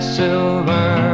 silver